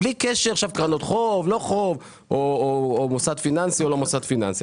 בלי קשר לקרנות חוב או לא קרנות חוב או מוסד פיננסי או לא מוסד פיננסי.